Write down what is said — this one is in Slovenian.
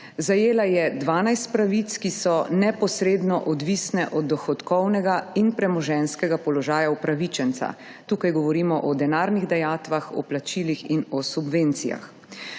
Zajela je dvanajst pravic, ki so neposredno odvisne od dohodkovnega in premoženjskega položaja upravičenca. Tukaj govorimo o denarnih dajatvah, o plačilih in o subvencijah.